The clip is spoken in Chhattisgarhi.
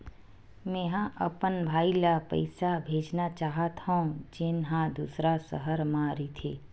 मेंहा अपन भाई ला पइसा भेजना चाहत हव, जेन हा दूसर शहर मा रहिथे